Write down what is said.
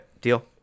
deal